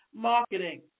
Marketing